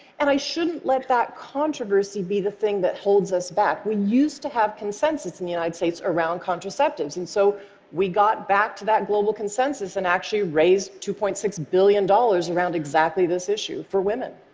and i shouldn't let that controversy be the thing that holds us back. we used to have consensus in the united states around contraceptives, and so we got back to that global consensus, and actually raised two point six billion dollars around exactly this issue for women.